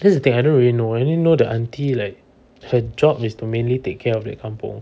that's the thing I don't really know I only know the auntie like her job is to mainly take care of that kampung